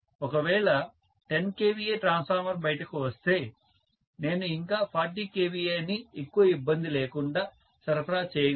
ఒకవేళ 10 kVA transformer బయటకు వస్తే నేను ఇంకా 40 kVA ని ఎక్కువ ఇబ్బంది లేకుండా సరఫరా చేయగలను